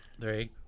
Three